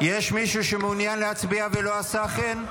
יש מישהו שמעוניין להצביע ולא עשה כן?